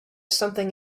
something